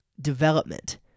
development